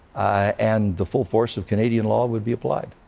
and the full force of canadian law would be applied.